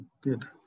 good